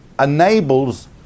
enables